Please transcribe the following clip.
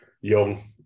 young